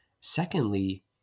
Secondly